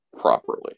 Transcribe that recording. properly